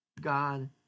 God